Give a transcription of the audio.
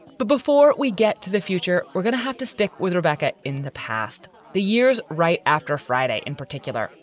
but before we get to the future, we're going to have to stick with rebecca. in the past the years, right after friday in particular,